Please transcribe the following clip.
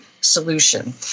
solution